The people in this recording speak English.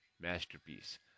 masterpiece